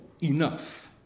enough